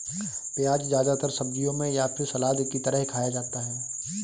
प्याज़ ज्यादातर सब्जियों में या फिर सलाद की तरह खाया जाता है